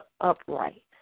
upright